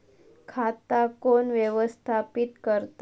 खाता कोण व्यवस्थापित करता?